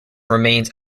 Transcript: remains